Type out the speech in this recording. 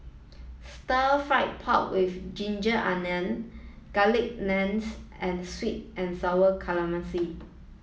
stir fried pork with ginger onion garlic naans and sweet and sour calamari